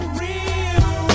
real